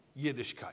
Yiddishkeit